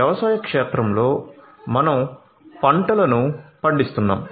వ్యవసాయ క్షేత్రంలో మనం పంట లను పండిస్తున్నం